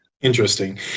Interesting